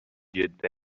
جدا